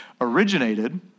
originated